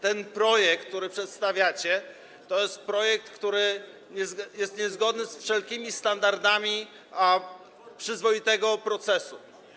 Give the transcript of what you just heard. Ten projekt, który przedstawiacie, to jest projekt, który jest niezgodny z wszelkimi standardami przyzwoitego procesu.